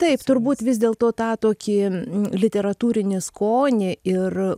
taip turbūt vis dėlto tą tokį literatūrinį skonį ir